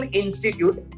institute